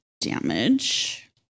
damage